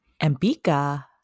Ambika